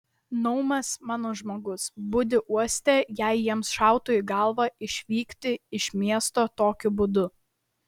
naumas mano žmogus budi uoste jei jiems šautų į galvą išvykti iš miesto tokiu būdu